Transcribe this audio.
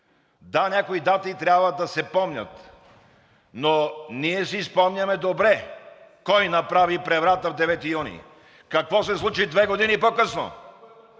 да, някои дати трябва да се помнят, но ние си спомняме добре кой направи преврата на 9 юни, какво се случи две години по-късно.